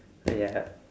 uh ya lah